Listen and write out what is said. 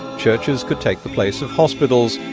churches could take the place of hospitals,